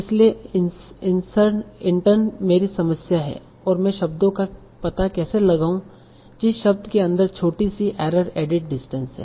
इसलिए इंटर्न मेरी समस्या है मैं शब्दों का पता कैसे लगाऊं जिस शब्द के अन्दर छोटी सी एरर एडिट डिस्टेंस है